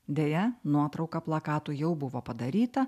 deja nuotrauka plakatų jau buvo padaryta